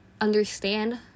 understand